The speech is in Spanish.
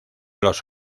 los